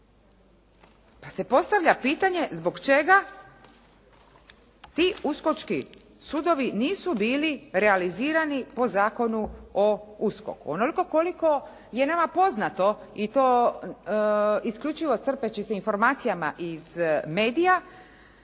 Pa se postavlja pitanje i zbog čega ti Uskočki sudovi nisu bili realizirani po Zakonu o USKOK-u. Onoliko koliko je nama poznato i to isključivo crpeći se informacijama iz medija